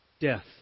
death